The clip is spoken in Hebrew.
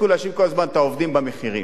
ושיפסיקו להאשים כל הזמן את העובדים במחירים.